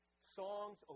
songs